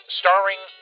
starring